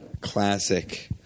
classic